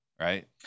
right